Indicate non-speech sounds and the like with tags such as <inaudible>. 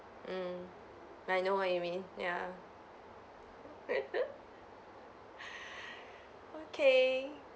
mm I know what you mean ya <laughs> okay